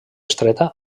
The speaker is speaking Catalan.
estreta